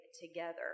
together